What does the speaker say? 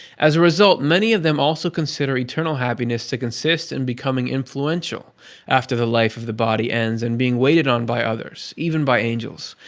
as a result, many of them also consider eternal happiness to consist in becoming influential after the life of the body ends, and being waited on by others, even by angels.